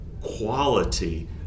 quality